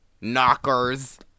knockers